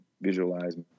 visualize